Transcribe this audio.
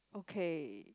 okay